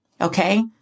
Okay